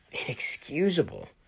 inexcusable